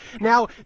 Now